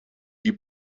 you